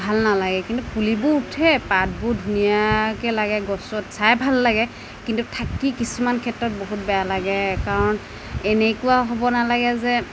ভাল নালাগে কিন্তু পুলিবোৰ উঠে পাতবোৰ ধুনীয়াকৈ লাগে গছত চাই ভাল লাগে কিন্তু থাকি কিছুমান ক্ষেত্ৰত বহুত বেয়া লাগে কাৰণ এনেকুৱা হ'ব নালাগে যে